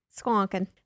squonking